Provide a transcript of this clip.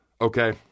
Okay